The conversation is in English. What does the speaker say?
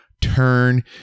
turn